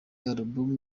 album